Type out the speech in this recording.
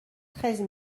treize